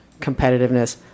competitiveness